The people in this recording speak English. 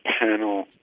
panel